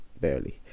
barely